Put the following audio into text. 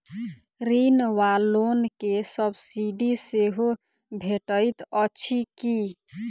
ऋण वा लोन केँ सब्सिडी सेहो भेटइत अछि की?